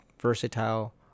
versatile